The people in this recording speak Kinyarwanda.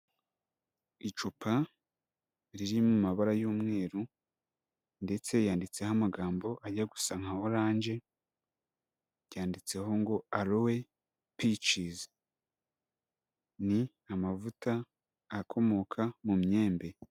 Icupa riri mu mabara y'umweru, ndetse yanditseho amagambo ajya gusa nka oranje, ryanditseho ngo alowe picizi, ni amavuta akomoka mu myembe.